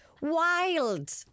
Wild